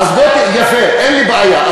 אז בוא, יפה, אין לי בעיה.